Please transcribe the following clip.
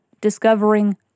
Discovering